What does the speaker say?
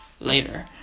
later